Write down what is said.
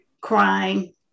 crying